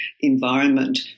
environment